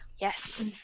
Yes